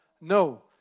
no